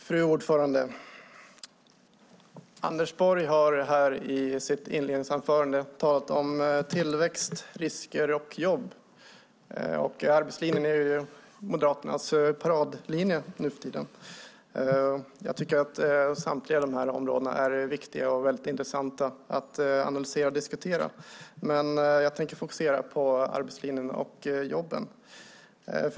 Fru talman! Anders Borg har i sitt inledningsanförande talat om tillväxt, risker och jobb. Arbetslinjen är ju Moderaternas paradlinje nu för tiden. Jag tycker att samtliga områdena är viktiga och intressanta att analysera och diskutera. Men jag tänker fokusera på arbetslinjen och jobben.